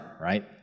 right